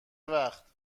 وقت